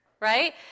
right